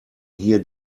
hier